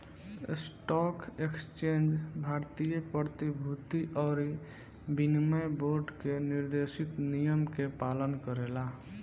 stock exchange भारतीय प्रतिभूति अउरी विनिमय बोर्ड के निर्देशित नियम के पालन करेला